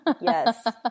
yes